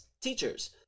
teachers